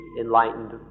enlightened